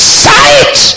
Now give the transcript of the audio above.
sight